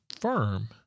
firm